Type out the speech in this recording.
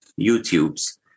YouTubes